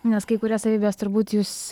nes kai kurias savybes turbūt jūs